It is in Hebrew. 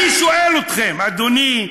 אני שואל אתכם, אדוני,